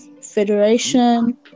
Federation